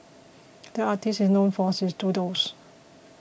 the artist is known for his doodles